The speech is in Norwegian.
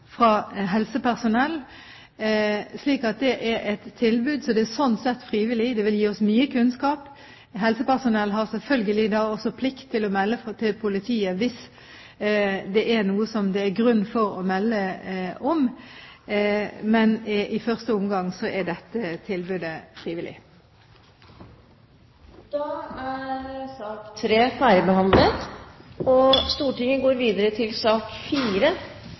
fra helsepersonell. Det er et tilbud og er sånn sett frivillig. Det vil gi oss mye kunnskap. Helsepersonell har selvfølgelig også plikt til å melde fra til politiet hvis det er noe det er grunn til å melde fra om, men i første omgang er dette tilbudet frivillig. Debatten i sak nr. 3 er avsluttet. Reglene om driveplikt ble endret 1. juli 2009. Driveplikten er nå varig og